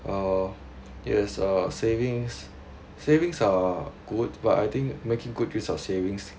uh yes uh savings savings are good but I think making good use of savings